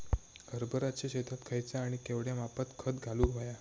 हरभराच्या शेतात खयचा आणि केवढया मापात खत घालुक व्हया?